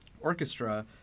orchestra